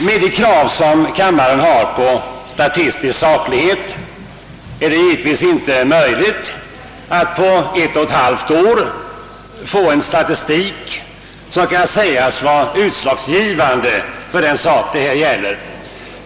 Med de krav som kammaren har på statistisk saklighet är det givetvis inte möjligt att efter ett och ett halvt år lägga fram någon statistik som kan sägas vara övertygande.